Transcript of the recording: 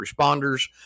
responders